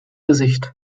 gesicht